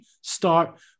start